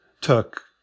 took